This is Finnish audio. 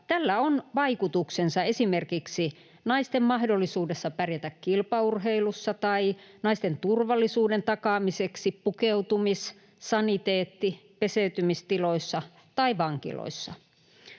tällä on vaikutuksensa esimerkiksi naisten mahdollisuuteen pärjätä kilpaurheilussa tai naisten turvallisuuden takaamiseen pukeutumis-, saniteetti- ja peseytymistiloissa tai vankiloissa.